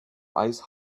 ice